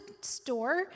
store